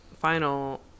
final